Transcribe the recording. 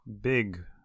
big